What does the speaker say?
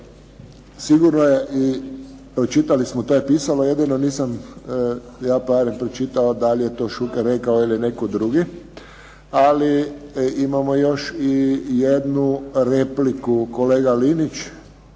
Sigurno je i, pročitali smo, to je pisalo. Jedino nisam, ja bar, pročitao da li je to Šuker rekao ili netko drugi. Ali imamo još i jednu repliku, kolega Linić.